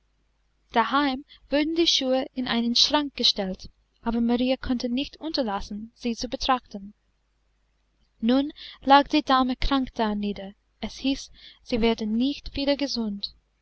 daheim wurden die schuhe in einen schrank gestellt aber marie konnte nicht unterlassen sie zu betrachten nun lag die dame krank darnieder es hieß sie werde nicht wieder gesund